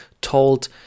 told